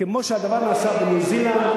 כמו שהדבר נעשה בניו-זילנד,